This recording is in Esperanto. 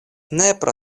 nepra